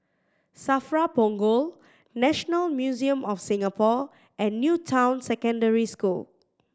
SAFRA Punggol National Museum of Singapore and New Town Secondary School